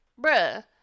Bruh